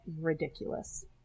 ridiculous